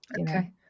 okay